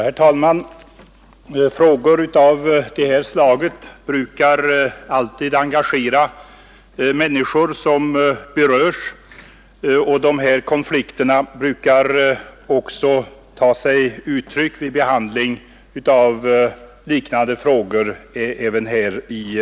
Herr talman! Frågor av detta slag brukar alltid engagera de människor som berörs. Även vid behandlingen i riksdagen brukar detta intresse komma till uttryck.